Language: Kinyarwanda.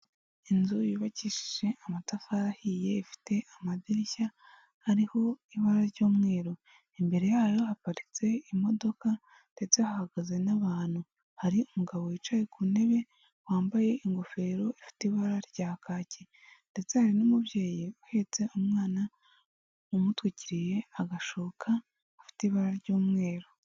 Inzu yubakishije amatafarihiye ifite amadirishya ariho ibara ry'umweru. Imbere yayo haparitse imodoka ndetse hahagaze n'abantu. Hari umugabo wicaye ku ntebe wambaye ingofero ifite ibara rya kaki, ndetse hari n'umubyeyi uhetse umwana umutwikiriye agashuka gafite ibara ry'umweru.